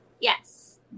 Yes